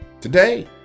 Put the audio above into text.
Today